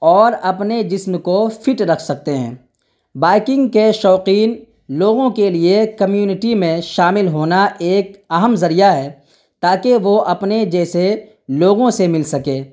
اور اپنے جسم کو فٹ رکھ سکتے ہیں بائکنگ کے شوقین لوگوں کے لیے کمیونٹی میں شامل ہونا ایک اہم ذریعہ ہے تاکہ وہ اپنے جیسے لوگوں سے مل سکیں